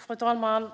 Fru talman!